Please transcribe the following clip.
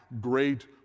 great